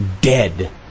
dead